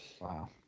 Wow